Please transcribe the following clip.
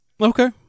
Okay